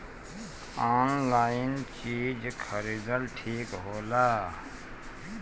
Online चीज खरीदल ठिक होला?